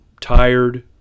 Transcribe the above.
tired